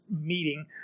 meeting